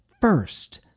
first